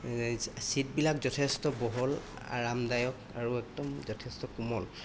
ছিটবিলাক যথেষ্ট বহল আৰামদায়ক আৰু একদম যথেষ্ট কোমল